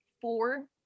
four